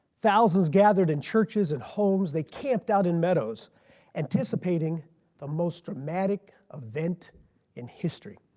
thousands gathered in churches and homes. they camped out in meadows anticipating the most dramatic event in history.